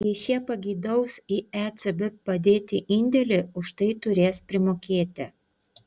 jei šie pageidaus į ecb padėti indėlį už tai turės primokėti